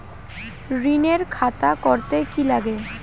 ঋণের খাতা করতে কি লাগে?